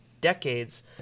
decades